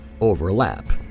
overlap